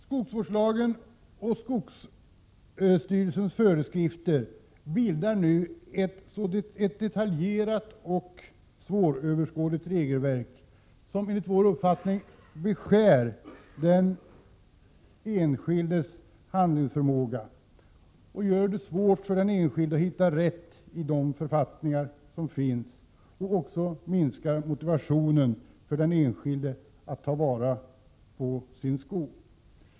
Skogsvårdslagen och skogsstyrelsens föreskrifter bildar nu ett detaljerat och svåröverskådligt regelverk, som enligt vår uppfattning beskär den enskildes handlingsfrihet och gör det svårt för den enskilde att hitta rätt i de författningar som finns. Det minskar också motivationen för den enskilde att ta vara på sin skog.